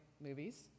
movies